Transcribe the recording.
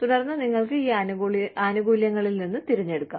തുടർന്ന് നിങ്ങൾക്ക് ഈ ആനുകൂല്യങ്ങളിൽ നിന്ന് തിരഞ്ഞെടുക്കാം